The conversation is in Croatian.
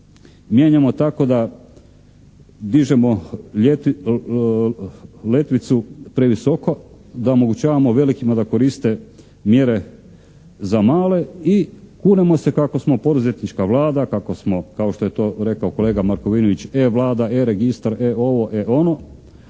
mijenjamo tako da dižemo letvicu previsoko da omogućavamo velikima da koriste mjere za male i kunemo se kako smo poduzetnička Vlada, kako smo kao što je to rekao kolega Markovinović e-Vlada, e-registar, e ovo, e ono,